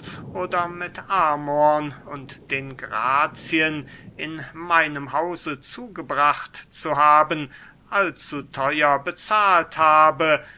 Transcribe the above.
oder mit amorn und den grazien in meinem hause zugebracht zu haben allzu theuer bezahlt habe